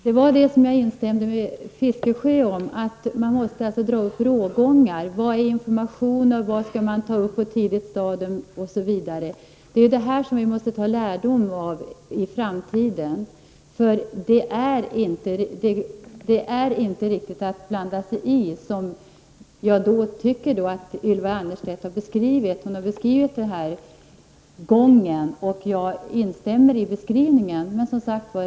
Herr talman! Jag instämde med Bertil Fiskesjö om att man måste dra upp rågångar: vad är information och vad skall man ta upp på ett tidigt stadium osv.? Detta måste vi ta lärdom av för framtiden. Det är inte riktigt att blanda sig i avtalsförhandlingarna, vilket jag tycker att Ylva Annerstedt mycket riktigt beskrev. Jag instämmer i hennes beskrivning.